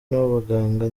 n’abaganga